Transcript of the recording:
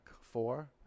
Four